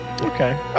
Okay